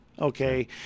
okay